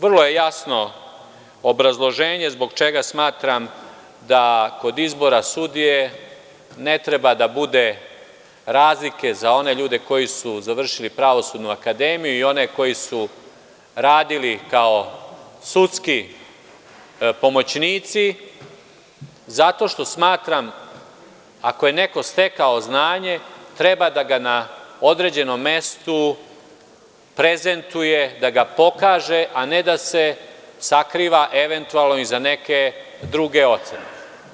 Vrlo je jasno obrazloženje zbog čega smatram da kod izbora sudije ne treba da bude razlika za one ljude koji su završili pravosudnu akademiju i one koji su radili kao sudski pomoćnici zato što smatram ako je neko stekao znanje treba da ga na određenom mestu prezentuje, da ga pokaže, a ne da se sakriva eventualno iza neke druge ocene.